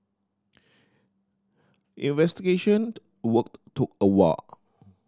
investigation worked took a wall